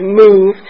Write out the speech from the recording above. move